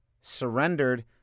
Surrendered